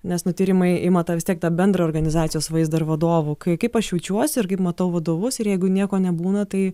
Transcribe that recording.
nes nu tyrimai ima tą vis tiek tą bendrą organizacijos vaizdą ir vadovų kai kaip aš jaučiuosi ir kaip matau vadovus ir jeigu nieko nebūna tai